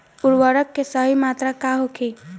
उर्वरक के सही मात्रा का होखे?